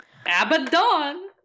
Abaddon